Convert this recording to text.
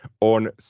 on